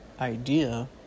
idea